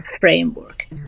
framework